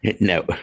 No